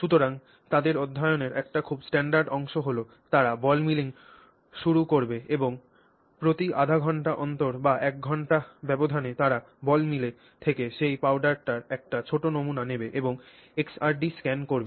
সুতরাং তাদের অধ্যয়নের একটি খুব স্ট্যান্ডার্ড অংশ হল তারা বল মিলিং শুরু করবেএবং প্রতি আধা ঘন্টা অন্তর বা 1 ঘন্টার ব্যবধানে তারা বল মিল থেকে সেই পাউডারটির একটি ছোট নমুনা নেবে এবং XRD স্ক্যান করবে